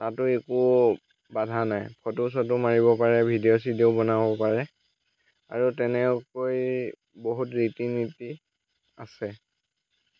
তাতো একো বাধা নাই ফটো চটো মাৰিব পাৰে ভিডিঅ' চিডিঅ' বনাব পাৰে আৰু তেনেকৈ বহুত ৰীতি নীতি আছে